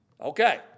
Okay